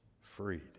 freed